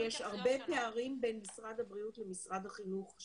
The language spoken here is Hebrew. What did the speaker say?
שיש הרבה פערים בין משרד הבריאות ומשרד החינוך,